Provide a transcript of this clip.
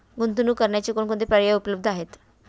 गुंतवणूक करण्याचे कोणकोणते पर्याय उपलब्ध आहेत?